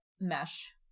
mesh